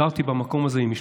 גרתי במקום הזה עם משפחתי.